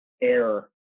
air